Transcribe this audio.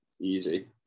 Easy